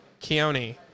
Keone